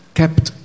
kept